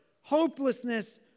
Hopelessness